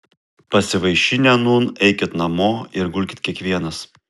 pasivaišinę nūn eikit namo ir gulkit kiekvienas